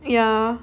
yeah